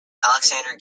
alexander